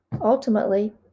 Ultimately